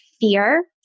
fear